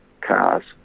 cars